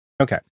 Okay